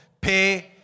Pay